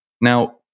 Now